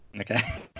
Okay